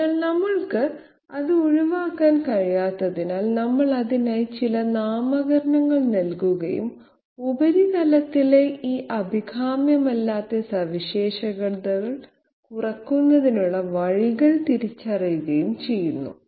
അതിനാൽ നമുക്ക് അത് ഒഴിവാക്കാൻ കഴിയാത്തതിനാൽ നമ്മൾ അതിനായി ചില നാമകരണങ്ങൾ നൽകുകയും ഉപരിതലത്തിലെ ഈ അഭികാമ്യമല്ലാത്ത സവിശേഷതകൾ കുറയ്ക്കുന്നതിനുള്ള വഴികൾ തിരിച്ചറിയുകയും ചെയ്യുന്നു